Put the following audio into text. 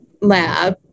lab